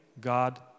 God